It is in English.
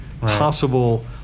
possible